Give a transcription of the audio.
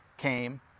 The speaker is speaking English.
came